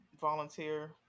Volunteer